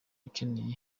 ukeneye